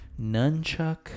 nunchuck